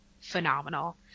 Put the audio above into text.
phenomenal